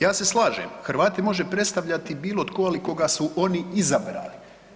Ja se slažem Hrvate može predstavljati bilo tko, ali koga su oni izabrali.